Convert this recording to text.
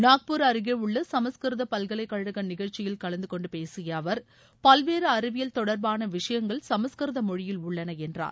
நாக்பூர் அருகே உள்ள சமஸ்கிருத பல்கலைக்கழக நிகழ்ச்சியில் கலந்து கொண்டு பேசிய அவர் பல்வேறு அறிவியல் தொடர்பான விஷயங்கள் சமஸ்கிருத மொழியில் உள்ளன என்றார்